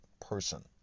person